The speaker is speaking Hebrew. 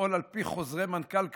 לפעול על פי חוזרי מנכ"ל קבועים.